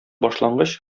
башлангыч